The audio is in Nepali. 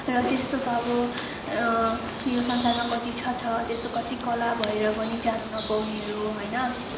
र त्यस्तो त अब यो संसारमा कति छ छ त्यस्तो कति कला भएर पनि जानु नपाउनेहरू होइन